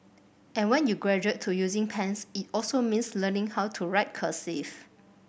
and when you graduate to using pens it also means learning how to write cursive